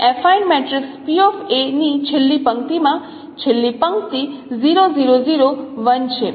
તેથી affine matrix ની છેલ્લી પંક્તિમાં છેલ્લી પંક્તિ 0 0 0 1 છે